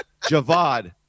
Javad